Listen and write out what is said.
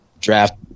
draft